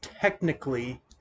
technically